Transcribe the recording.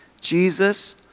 Jesus